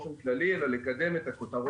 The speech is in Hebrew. ירוחם לקחה את רוב